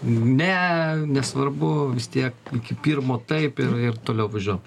ne nesvarbu vis tiek iki pirmo taip ir ir toliau važiuojam